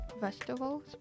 vegetables